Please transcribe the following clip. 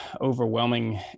overwhelming